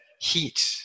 heat